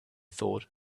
thought